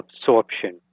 absorption